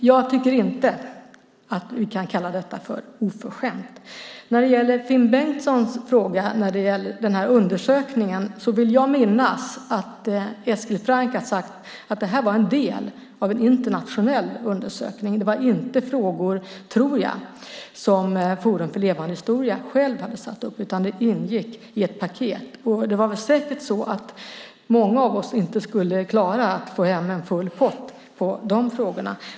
Jag tycker inte att vi kan kalla detta för oförskämt. När det gäller Finn Bengtssons fråga om undersökningen vill jag minnas att Eskil Franck har sagt att det här var en del av en internationell undersökning. Det var inte frågor som Forum för levande historia hade satt upp självt, tror jag, utan det ingick i ett paket. Det var säkert så att många av oss inte skulle klara att få hem full pott på de frågorna.